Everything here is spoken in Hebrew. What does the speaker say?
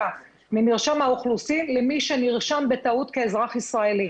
ממרשם האוכלוסין למי שנרשם בטעות כאזרח ישראלי.